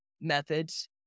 methods